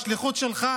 בשליחות שלך